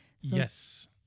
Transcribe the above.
Yes